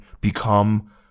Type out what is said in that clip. become